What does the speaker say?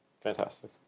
Fantastic